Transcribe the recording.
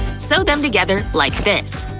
sew them together like this.